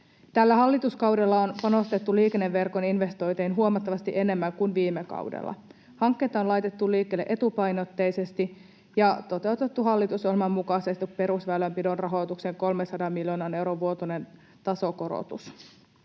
Tällä hallituskaudella on panostettu liikenneverkon investointeihin huomattavasti enemmän kuin viime kaudella. Hankkeita on laitettu liikkeelle etupainotteisesti ja toteutettu hallitusohjelman mukaisesti perusväylänpidon rahoitukseen 300 miljoonan euron vuotuinen tasokorotus.